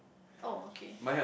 oh okay